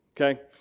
okay